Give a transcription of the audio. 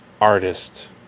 artist